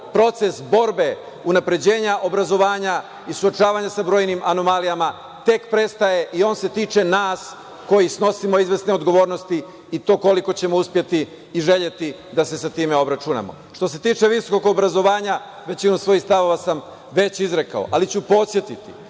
proces borbe unapređenja obrazovanja i suočavanja sa brojnim anomalijama tek predstoji i on se tiče nas koji snosimo izvesne odgovornosti, i to koliko ćemo uspeti i želeti da se sa time obračunamo. Što se tiče visokog obrazovanja, većinu svojih stavova sam već izrekao, ali ću podsetiti